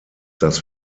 das